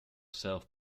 self